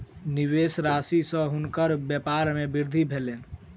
निवेश राशि सॅ हुनकर व्यपार मे वृद्धि भेलैन